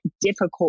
difficult